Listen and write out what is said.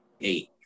eight